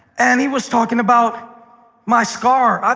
and he was talking about my scar.